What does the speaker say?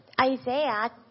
Isaiah